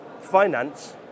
finance